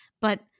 But-